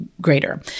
greater